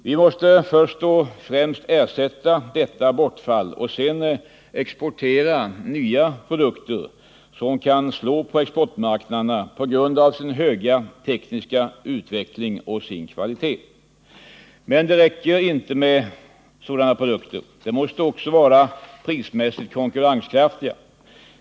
Vi måste först och främst ersätta detta bortfall och sedan exportera nya produkter som kan slå på exportmarknaderna på grund av sin höga tekniska utveckling och sin kvalitet. Men det räcker inte med sådana produkter. Produkterna måste också vara prismässigt konkurrenskraftiga.